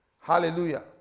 Hallelujah